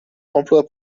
emplois